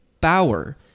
Bauer